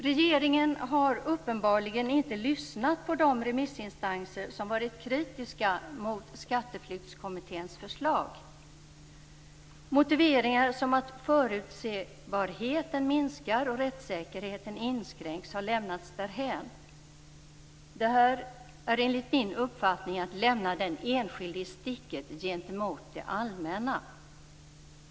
Regeringen har uppenbarligen inte lyssnat till de remissinstanser som har varit kritiska till Skatteflyktskommitténs förslag. Motiveringar som att förutsebarheten minskar och rättssäkerheten inskränks har lämnats därhän. Det här är enligt min uppfattning att lämna den enskilde i sticket gentemot det allmänna.